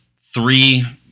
three